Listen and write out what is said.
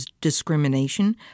discrimination